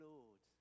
Lord